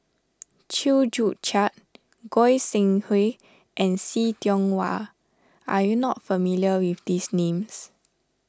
Chew Joo Chiat Goi Seng Hui and See Tiong Wah are you not familiar with these names